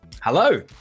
Hello